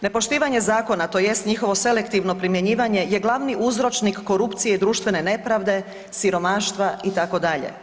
Nepoštivanje zakona tj. njihovo selektivno primjenjivanje je glavni uzročnik korupcije i društvene nepravde, siromaštva itd.